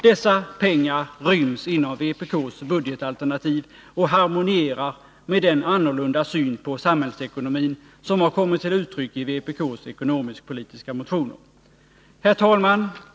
Dessa pengar ryms inom vpk:s budgetalternativ och harmonierar med den annorlunda syn på samhällsekonomin som har kommit till uttryck i vpk:s ekonomisk-politiska motioner. Herr talman!